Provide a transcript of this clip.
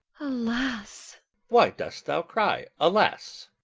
alas why dost thou cry alas?